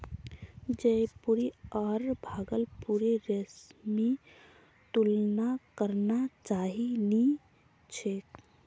जयपुरी आर भागलपुरी रेशमेर तुलना करना सही नी छोक